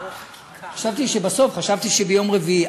חשבתי שבסוף, חשבתי שביום רביעי.